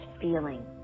feeling